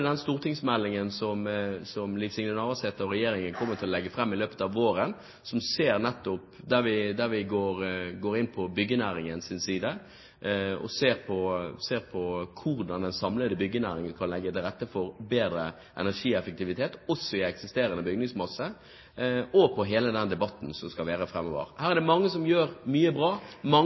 den stortingsmeldingen som statsråd Liv Signe Navarsete og regjeringen kommer til å legge fram i løpet av våren – der vi går inn i byggenæringen og ser på hvordan den samlede byggenæringen kan legge til rette for bedre energieffektivitet i eksisterende bygningsmasse – og hele den debatten som skal være framover. Her er det mange som gjør mye bra, mange